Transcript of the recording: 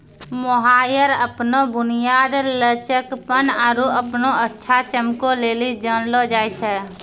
mohair अपनो बुनियाद, लचकपन आरु अपनो अच्छा चमको लेली जानलो जाय छै